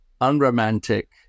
unromantic